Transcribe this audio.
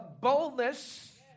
boldness